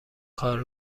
کار